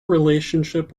relationship